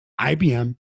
IBM